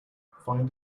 find